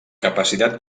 capacitat